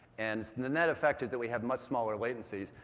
and and the net effect is that we have much smaller latencies.